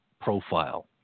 profile